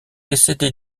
décédé